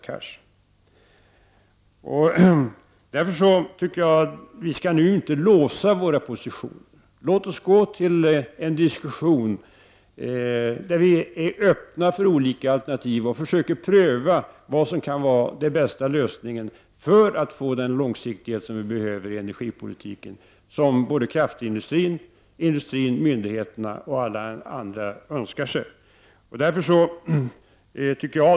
Jag tycker inte att vi nu skall låsa våra positioner. Låt oss gå till en diskussion där vi är öppna för olika alternativ, prövar och försöker finna vad som kan vara den bästa lösningen för att få den långsiktighet som vi behöver i energipolitiken, något som kraftindustrin, övrig industri, myndigheterna och alla andra önskar sig.